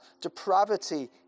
depravity